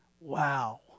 wow